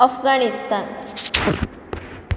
Afghanistan